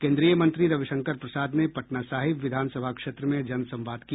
केंद्रीय मंत्री रविशंकर प्रसाद ने पटना साहिब विधानसभा क्षेत्र में जन संवाद किया